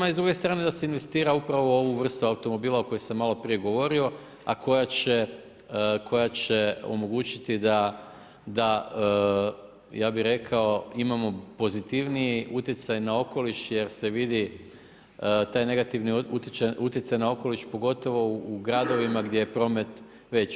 I s druge strane da se investira upravo u ovu vrstu automobila o kojoj sam malo prije govorio a koja će omogućiti da ja bih rekao imamo pozitivniji utjecaj na okoliš jer se vidi taj negativni utjecaj na okoliš pogotovo u gradovima gdje je promet veći.